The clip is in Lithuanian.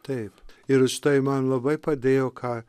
taip ir štai man labai padėjo ką